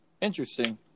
Interesting